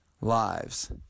lives